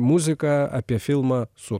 muziką apie filmą su